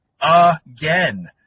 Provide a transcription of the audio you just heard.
again